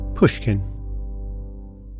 Pushkin